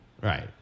Right